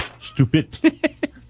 stupid